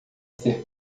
ser